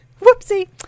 whoopsie